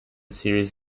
series